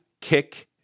kick